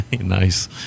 Nice